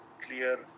clear